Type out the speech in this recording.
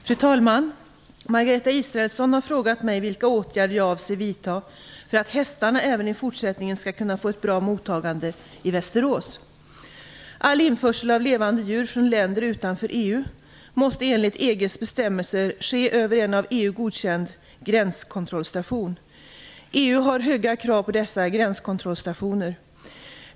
Fru talman! Margareta Israelsson har frågat mig vilka åtgärder jag avser vidta för att hästarna även i fortsättningen skall kunna få ett bra mottagande i 90 EEG) ske över en av EU godkänd gränskontrollstation. EU har höga krav på dessa gränskontrollstationer.